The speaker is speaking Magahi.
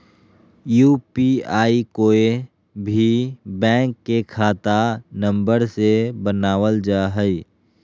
यू.पी.आई कोय भी बैंक के खाता नंबर से बनावल जा हइ